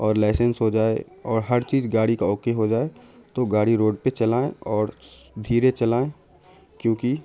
اور لائسنس ہو جائے اور ہر چیز گاڑی کا اوکے ہو جائے تو گاڑی روڈ پہ چلائیں اور دھیرے چلائیں کیوںکہ